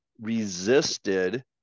resisted